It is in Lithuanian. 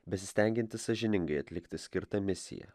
besistengiantys sąžiningai atlikti skirtą misiją